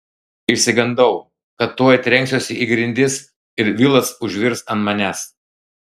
išsigandau kad tuoj trenksiuosi į grindis ir vilas užvirs ant manęs